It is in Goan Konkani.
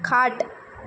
खाट